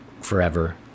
forever